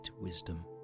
wisdom